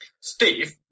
Steve